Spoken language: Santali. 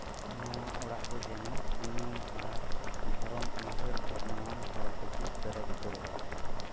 ᱱᱚᱣᱟ ᱚᱲᱟᱜ ᱫᱚ ᱡᱮᱱᱚ ᱯᱩᱱᱟᱹᱣ ᱟᱨ ᱫᱷᱚᱨᱚᱢ ᱩᱭᱦᱟᱹᱨ ᱵᱷᱟᱵᱱᱟ ᱟᱱ ᱦᱚᱲ ᱛᱮᱠᱳ ᱯᱮᱨᱮᱡ ᱩᱛᱟᱹᱨᱚᱜᱼᱟ